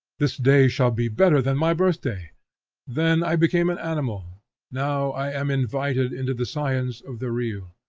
this day shall be better than my birthday then i became an animal now i am invited into the science of the real.